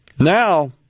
Now